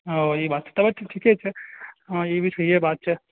ओ ई बात छै तैं ठीके छै ई भी सहिये बात छै